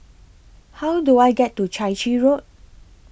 How Do I get to Chai Chee Road